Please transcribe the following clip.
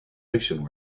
fiction